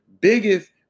biggest